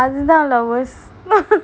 அது தாணல:athu thaanla worse